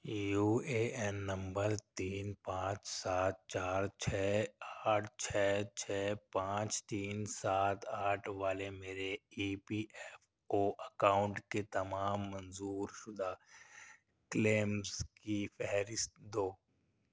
you A N number تین پانچ سات چار چھ آٹھ چھ چھ پانچ تین سات آٹھ والے میرے E P F O account کے تمام منظور شدہ کلیمز کی فہرست دو